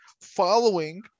following